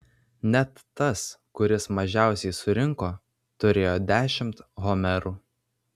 net tas kuris mažiausiai surinko turėjo dešimt homerų